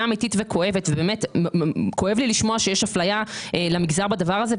אמיתית וכואבת ובאמת כואב לי לשמוע שיש אפליה למגזר בדבר הזה.